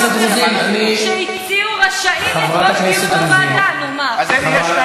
מכיוון שבוועדה ניתן להזמין נציגי סטודנטים,